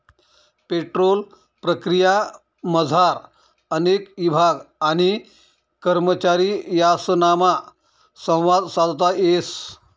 petrol प्रक्रियामझार अनेक ईभाग आणि करमचारी यासनामा संवाद साधता येस